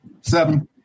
Seven